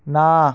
না